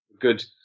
good